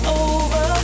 over